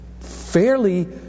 fairly